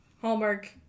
Hallmark